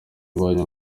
ubonye